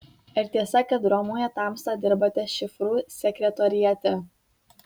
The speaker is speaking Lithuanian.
ar tiesa kad romoje tamsta dirbate šifrų sekretoriate